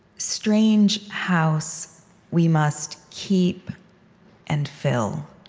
strange house we must keep and fill.